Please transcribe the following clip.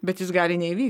bet jis gali neįvy